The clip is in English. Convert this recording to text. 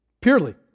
purely